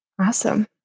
Awesome